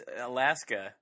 Alaska